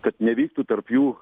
kad nevyktų tarp jų